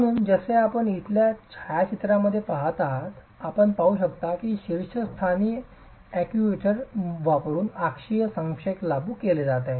म्हणून जसे आपण इथल्या छायाचित्रात पहात आहात आपण पाहू शकता की शीर्षस्थानी अॅक्ट्यूएटर वापरुन अक्षीय संक्षेप लागू केले जात आहे